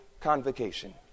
convocation